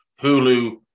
Hulu